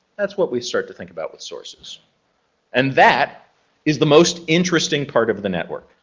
that's what we start to think about with sources and that is the most interesting part of the network.